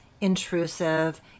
intrusive